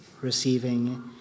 receiving